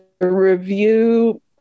review